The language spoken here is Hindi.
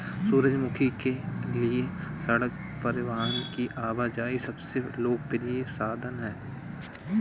सूरजमुखी के लिए सड़क परिवहन की आवाजाही सबसे लोकप्रिय साधन है